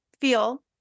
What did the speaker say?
feel